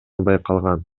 байкалган